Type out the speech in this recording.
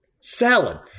Salad